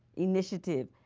initiative.